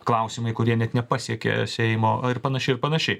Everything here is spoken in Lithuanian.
klausimai kurie net nepasiekė seimo ir panašiai ir panašiai